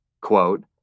Quote